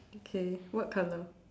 okay what color